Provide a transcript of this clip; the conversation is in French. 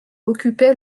occupait